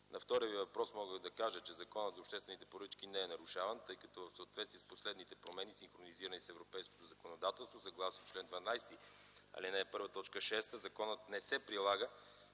По втория Ви въпрос мога да кажа, че Законът за обществените поръчки не е нарушаван, тъй като в съответствие с последните промени, синхронизирани с европейското законодателство, съгласно чл. 12, ал. 1, т. 6 – законът не се прилага